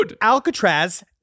Alcatraz